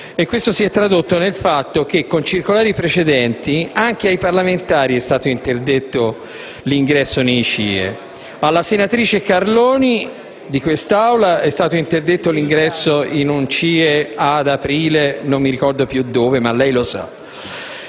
questo si è tradotto nel fatto che con circolari precedenti anche ai parlamentari è stato interdetto l'ingresso nei CIE. Alla senatrice Carloni è stato interdetto l'ingresso in un CIE ad aprile; all'onorevole Furio Colombo è